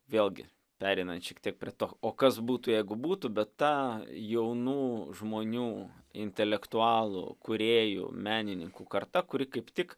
vėlgi pereinant šiek tiek prie to o kas būtų jeigu būtų bet ta jaunų žmonių intelektualų kūrėjų menininkų karta kuri kaip tik